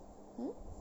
hmm